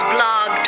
Blog